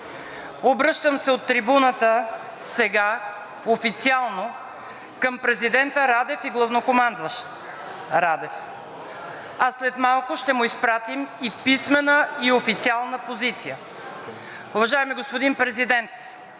Обръщам се от трибуната сега официално към президента Радев и главнокомандващ Радев, а след малко ще му изпратим и писмена официална позиция. Уважаеми господин Президент,